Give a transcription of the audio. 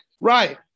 right